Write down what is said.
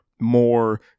More